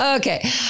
Okay